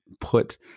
put